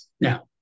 Now